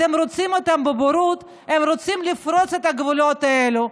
אתם רוצים אותם בבורות רוצים לפרוץ את הגבולות האלה,